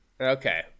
Okay